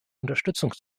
unterstützung